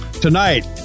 Tonight